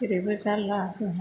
जेरैबो जारला जोंहा